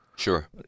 Sure